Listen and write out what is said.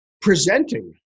presenting